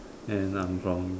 and I'm from